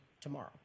tomorrow